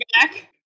back